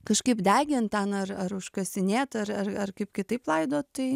kažkaip degint ten ar ar užkasinėt ar ar ar kaip kitaip laidot tai